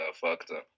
factor